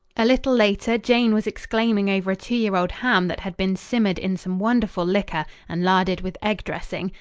a little later jane was exclaiming over a two-year-old ham that had been simmered in some wonderful liquor and larded with egg dressing,